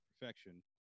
perfection